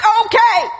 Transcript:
okay